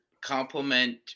complement